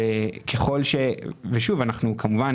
אנחנו מחדשים את הישיבה.